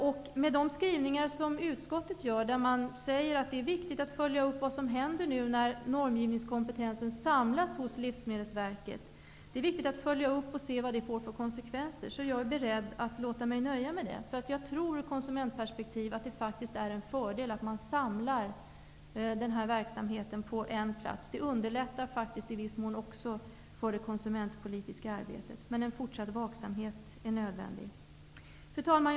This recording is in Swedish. Utskottet skriver i betänkandet att det är viktigt att följa upp vad som händer nu när normgivningskompetensen samlas hos Livsmedelsverket och att se vad detta får för konsekvenser, och jag är beredd att låta mig nöja med det. Jag tror nämligen att det ur konsumentperspektiv är en fördel att man samlar den här verksamheten på en plats. Det underlättar i viss mån också det konsumentpolitiska arbetet. Men en fortsatt vaksamhet är ändå nödvändig. Fru talman!